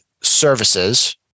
services